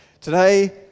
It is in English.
today